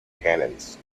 cannons